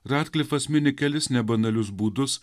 radklifas mini kelis nebanalius būdus